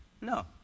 No